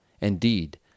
Indeed